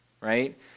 right